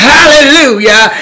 Hallelujah